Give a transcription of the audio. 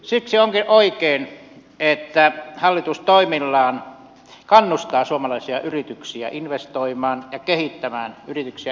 siksi onkin oikein että hallitus toimillaan kannustaa suomalaisia yrityksiä investoimaan ja kehittämään yrityksiä eteenpäin